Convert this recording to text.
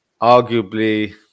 arguably